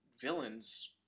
villains